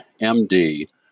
MD